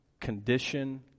condition